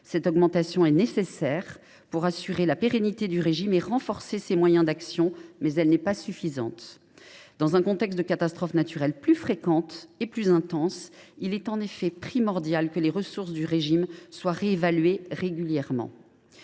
Cette hausse est nécessaire pour assurer la pérennité du régime et renforcer ses moyens d’action, mais elle n’est pas suffisante. En effet, dans un contexte marqué par des catastrophes naturelles plus fréquentes et plus intenses, il est primordial que les ressources du régime soient réévaluées régulièrement.